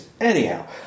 Anyhow